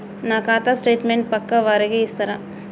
నా ఖాతా స్టేట్మెంట్ పక్కా వారికి ఇస్తరా?